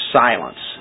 silence